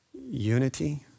unity